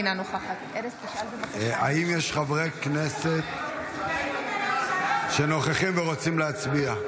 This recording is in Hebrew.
אינה נוכחת האם יש חברי כנסת שנוכחים ורוצים להצביע?